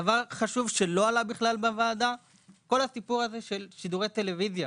דבר חשוב שלא עלה בכלל בוועדה הוא כל הסיפור של שידורי טלוויזיה.